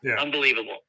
unbelievable